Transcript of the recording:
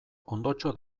ondotxo